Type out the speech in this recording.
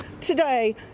today